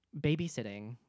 babysitting